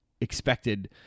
expected